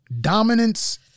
Dominance